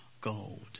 gold